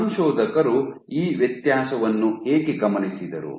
ಸಂಶೋಧಕರು ಈ ವ್ಯತ್ಯಾಸವನ್ನು ಏಕೆ ಗಮನಿಸಿದರು